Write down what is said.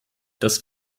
das